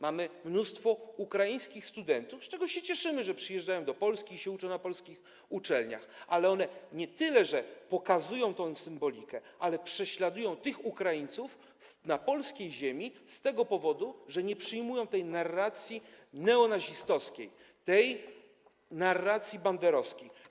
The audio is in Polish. Mamy mnóstwo ukraińskich studentów, cieszymy się, że przyjeżdżają do Polski i uczą się na polskich uczelniach, ale one nie tyle pokazują symbolikę, co raczej prześladują tych Ukraińców na polskiej ziemi z tego powodu, że oni nie przyjmują tej narracji neonazistowskiej, tej narracji banderowskiej.